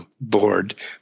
board